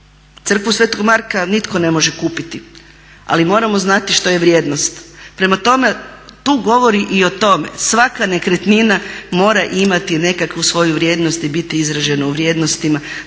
crkvu sv. Marka nitko ne može kupiti ali moramo znati što je vrijednost. Prema tome tu govori i o tome, svaka nekretnina mora imati nekakvu svoju vrijednost i biti izražena u vrijednostima,